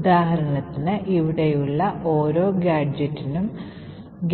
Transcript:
ഉദാഹരണത്തിന് ഇവിടെയുള്ള ഓരോ ഗാഡ്ജെറ്റിനും